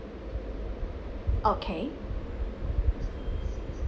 okay